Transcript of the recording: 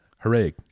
hooray